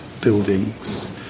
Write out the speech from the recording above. buildings